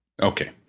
Okay